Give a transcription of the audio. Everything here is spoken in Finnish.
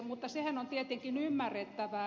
mutta sehän on tietenkin ymmärrettävää